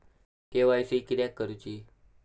KYC किदयाक करूची?